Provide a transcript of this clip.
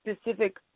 specific